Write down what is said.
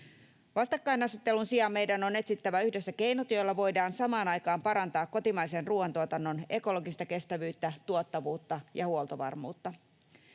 Vastakkainasettelun sijaan meidän on etsittävä yhdessä keinot, joilla voidaan samaan aikaan parantaa kotimaisen ruoantuotannon ekologista kestävyyttä, tuottavuutta ja huoltovarmuutta.